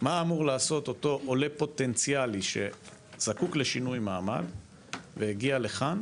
מה אמור לעשות אותו עולה פוטנציאלי שזקוק לשינוי מעמד והגיע לכאן